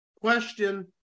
Question